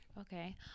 Okay